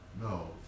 No